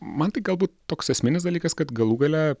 man tai galbūt toks esminis dalykas kad galų gale